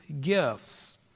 gifts